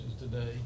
today